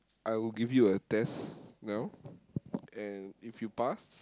I will give you a test now and if you pass